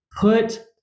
put